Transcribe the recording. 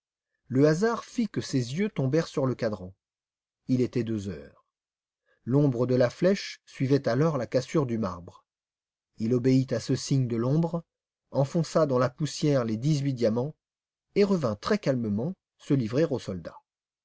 le hasard fit que ses yeux tombèrent sur le cadran il était deux heures l'ombre de la flèche suivait alors la cassure du marbre il obéit à ce signe de l'ombre enfonça dans la poussière les dix-huit diamants et revint se livrer aux soldats